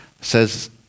says